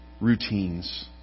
routines